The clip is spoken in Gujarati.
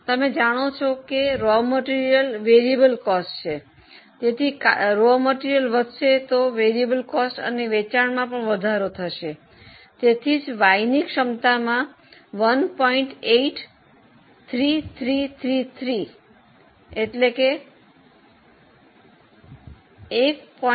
તમે જાણો છો કે કાચો માલ ચલિત ખર્ચ છે તેથી કાચો માલ વધશે તો ચલિત ખર્ચમાં અને વેચાણમાં પણ વધારો થશે તેથી જ Y ની ક્ષમતામાં આ વધારો 1